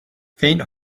faint